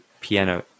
piano